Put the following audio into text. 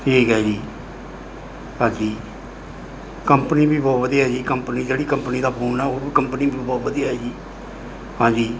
ਠੀਕ ਹੈ ਜੀ ਹਾਂਜੀ ਕੰਪਨੀ ਵੀ ਬਹੁਤ ਵਧੀਆ ਜੀ ਕੰਪਨੀ ਜਿਹੜੀ ਕੰਪਨੀ ਦਾ ਫੋਨ ਆ ਉਹ ਕੰਪਨੀ ਵੀ ਬਹੁਤ ਵਧੀਆ ਹੈ ਜੀ ਹਾਂਜੀ